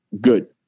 Good